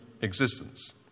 existence